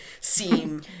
seem